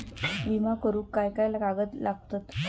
विमा करुक काय काय कागद लागतत?